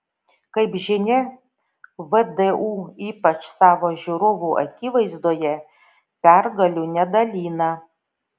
kaip žinia vdu ypač savo žiūrovų akivaizdoje pergalių nedalina